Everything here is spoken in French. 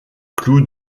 clous